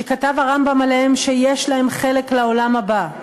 שכתב הרמב"ם עליהם שיש להם חלק לעולם הבא,